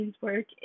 work